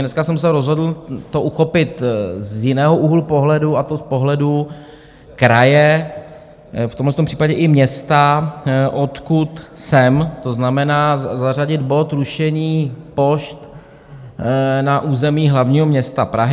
Dneska jsem se rozhodl to uchopit z jiného úhlu pohledu, a to z pohledu kraje, v tomhletom případě i města, odkud jsem, to znamená zařadit bod Rušení pošt na území hlavního města Prahy.